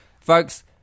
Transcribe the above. Folks